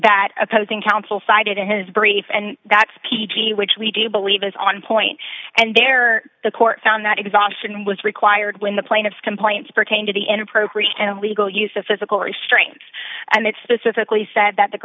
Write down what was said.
that opposing counsel cited in his brief and that's p g which we do believe is on point and there are the court found that exhaustion was required when the plaintiff's complaints pertain to the inappropriate and illegal use of physical restraints and it specifically said that the